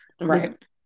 Right